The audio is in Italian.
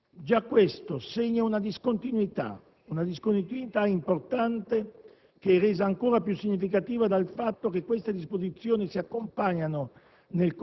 Già questo segna una discontinuità importante, che è resa ancora più significativa dal fatto che queste disposizioni si accompagnano,